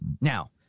Now